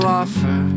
offer